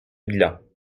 bilan